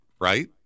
right